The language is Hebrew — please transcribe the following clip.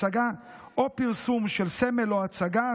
הצגה או פרסום של סמל או הצגה,